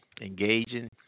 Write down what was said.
engaging